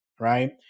right